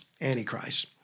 Antichrist